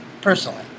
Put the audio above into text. personally